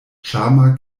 ĉarma